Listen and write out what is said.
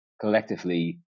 collectively